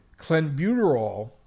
clenbuterol